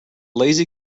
lazy